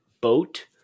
boat